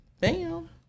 bam